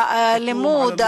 הלימוד,